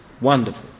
Wonderful